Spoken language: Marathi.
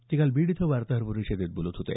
ते काल बीड इथं वार्ताहर परिषदेत बोलत होते